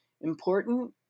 important